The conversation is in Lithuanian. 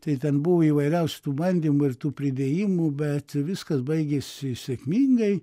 tai ten buvo įvairiausių tų bandymų ir tų pridėjimų bet viskas baigėsi sėkmingai